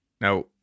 Now